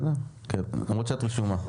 למרות שאת רשומה.